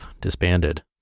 disbanded